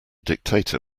dictator